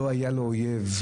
לא היה לו אויב.